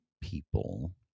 people